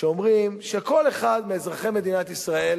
אומרים שכל אחד מאזרחי מדינת ישראל